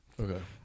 Okay